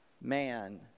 man